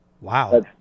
wow